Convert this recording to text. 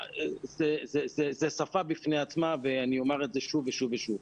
זה שפה בפני עצמה ואני אומר את זה שוב ושוב ושוב.